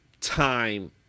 time